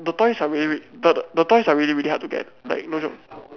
the toys are really but the toys are really really very hard to get like no joke